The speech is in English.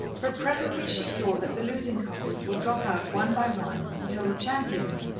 but presently she saw that the losing couples would drop out one by one until the champions,